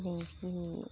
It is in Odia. ସ୍ତ୍ରୀଙ୍କି